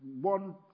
one